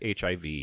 HIV